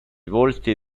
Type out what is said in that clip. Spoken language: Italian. volti